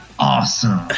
awesome